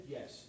Yes